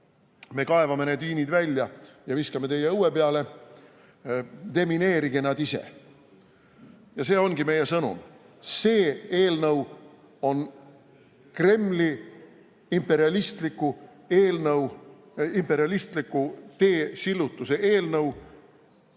me kaevame need miinid välja ja viskame teie õue peale. Demineerige need ise! Ja see ongi meie sõnum. See eelnõu on Kremli imperialistliku tee sillutuse eelnõu.